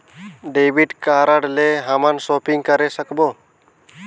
Debit card ले हमन shopping करे सकबो?